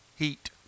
heat